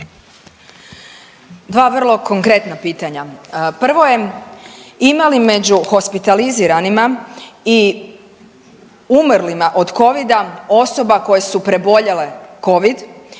Dva vrlo konkretna pitanje, prvo je ima li među hospitaliziranima i umrlima od covida osoba koje su preboljele covid